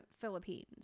Philippines